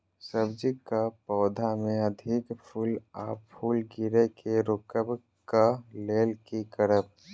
सब्जी कऽ पौधा मे अधिक फूल आ फूल गिरय केँ रोकय कऽ लेल की करब?